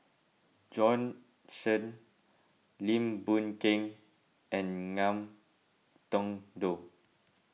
Bjorn Shen Lim Boon Keng and Ngiam Tong Dow